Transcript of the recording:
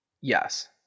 Yes